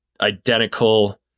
identical